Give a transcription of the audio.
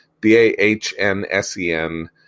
B-A-H-N-S-E-N